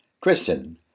Kristen